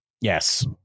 Yes